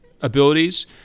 abilities